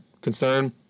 concern